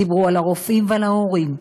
דיברו על הרופאים ועל ההורים,